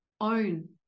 Own